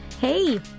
hey